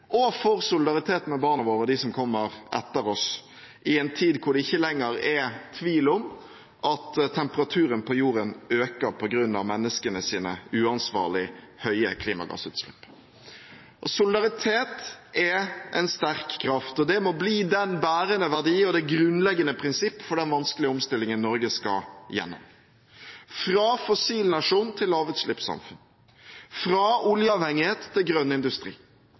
og for solidaritet med barna våre og dem som kommer etter oss, i en tid da det ikke lenger er tvil om at temperaturen på jorden øker på grunn av menneskenes uansvarlig høye klimagassutslipp. Solidaritet er en sterk kraft. Det må bli den bærende verdi og det grunnleggende prinsipp for den vanskelige omstillingen Norge skal gjennom – fra fossilnasjon til lavutslippssamfunn, fra oljeavhengighet til grønn industri,